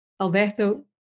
Alberto